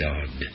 God